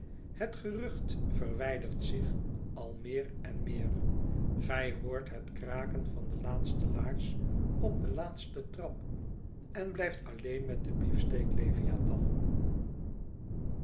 het gerucht verwijdert zich ai meer en meer gij hoort het kraken van de laatste laars op den laatsten trap en blijft alleen met den b e e